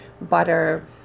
butter